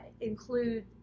include